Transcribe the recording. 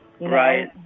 Right